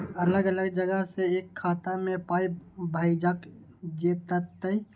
अलग अलग जगह से एक खाता मे पाय भैजल जेततै?